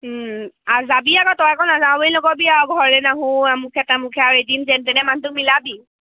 আৰু যাবি আকৌ তই আকৌ নাযাওঁ বুলি নক'বি আৰু ঘৰলৈ নাহো আমুুকহে তামুকহে আৰু এদিন যেন তেনে মানুহটো মিলাবি অঁ